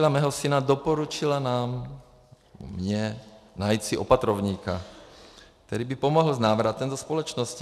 Léčila mého syna a doporučila nám, mně, najít si opatrovníka, který by pomohl s návratem do společnosti.